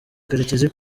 karekezi